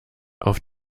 auf